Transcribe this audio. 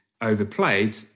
overplayed